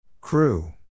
Crew